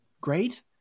great